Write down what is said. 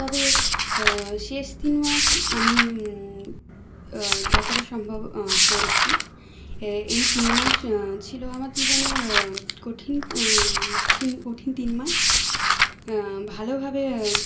তবে শেষ তিনমাস আমি যতটা সম্ভব পড়েছি এই তিনমাস ছিল আমার জীবনে কঠিন তিন কঠিন তিনমাস ভালোভাবে